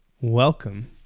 Welcome